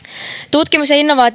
tutkimus